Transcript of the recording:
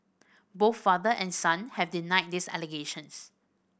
both father and son have denied these allegations